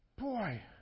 Boy